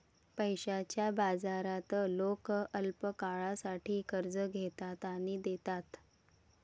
पैशाच्या बाजारात लोक अल्पकाळासाठी कर्ज घेतात आणि देतात